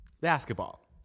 basketball